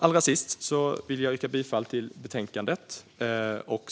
Allra sist vill jag yrka bifall till utskottets förslag i betänkandet.